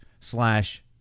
slash